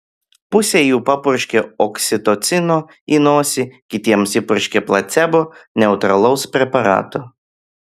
pusei jų papurškė oksitocino į nosį kitiems įpurškė placebo neutralaus preparato